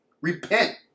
Repent